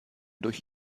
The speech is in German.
durch